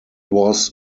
was